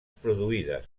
produïdes